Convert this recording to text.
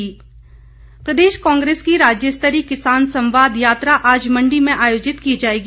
किसान सम्मेलन प्रदेश कांग्रेस की राज्यस्तरीय किसान संवाद यात्रा आज मंडी में आयोजित की जाएगी